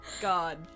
God